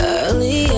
Early